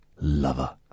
Lover